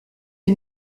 les